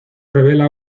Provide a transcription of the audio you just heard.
revela